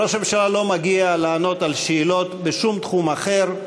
ראש הממשלה לא מגיע לענות על שאלות בשום תחום אחר,